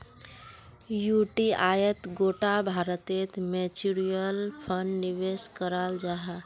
युटीआईत गोटा भारतेर म्यूच्यूअल फण्ड निवेश कराल जाहा